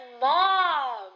mom